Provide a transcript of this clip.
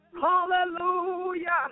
Hallelujah